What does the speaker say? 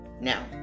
Now